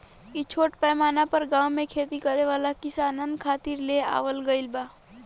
इ छोट पैमाना पर गाँव में खेती करे वाला किसानन खातिर ले आवल गईल बा